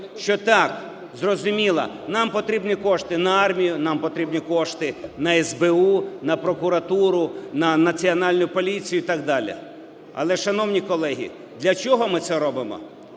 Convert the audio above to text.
що так, зрозуміло, нам потрібні кошти на армію, нам потрібні кошти на СБУ, на прокуратуру, на Національну поліцію і так далі. Але, шановні колеги, для чого ми це робимо?